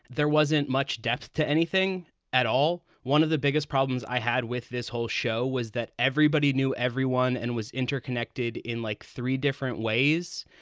there wasn't much depth to anything at all. one of the biggest problems i had with this whole show was that everybody knew everyone and was interconnected in like three different ways.